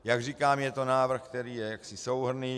Jak říkám, je to návrh, který je souhrnný.